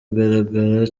igaragara